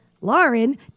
Lauren